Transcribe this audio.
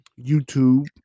YouTube